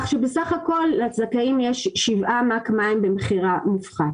בסך-הכול לזכאים יש 7 מ"ק מים במחיר מופחת.